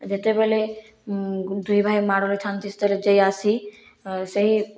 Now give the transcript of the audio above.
ଯେତେବେଳେ ଦୁଇ ଭାଇ ମାଡ଼ରେ ଥାନ୍ତି ସେତେବେଳେ ଜେଇ ଆସି ସେହି